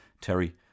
Terry